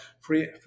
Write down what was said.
Free